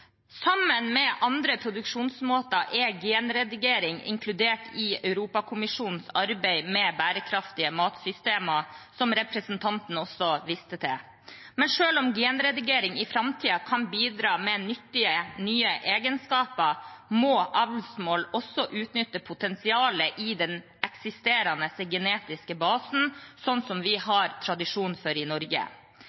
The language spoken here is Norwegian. Sammen med andre produksjonsmåter er genredigering inkludert i Europakommisjonens arbeid med bærekraftige matsystemer, som representanten også viste til. Men selv om genredigering i framtiden kan bidra med nyttige, nye egenskaper, må avlsmål også utnytte potensialet i den eksisterende genetiske basen, slik som vi